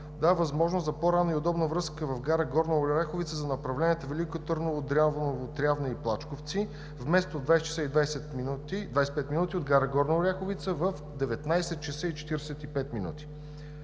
дава възможност за по-ранна и удобна връзка в гара Горна Оряховица за направленията Велико Търново, Дряново, Трявна и Плачковци, вместо в 20,25 ч. от гара Горна Оряховица, в 19,45 ч.